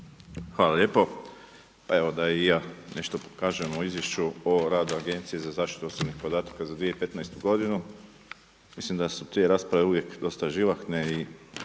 Hvala lijepo. Pa evo da i ja nešto kažem o Izvješću o radu Agencije za zaštitu osobnih podataka za 2015. godinu. Mislim da su te rasprave uvijek dosta živahne i